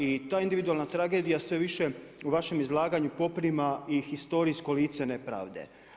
I ta individualna tragedija, sve više u vašem izlaganja poprima i historijsko lice nepravde.